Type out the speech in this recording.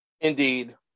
Indeed